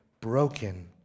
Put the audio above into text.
broken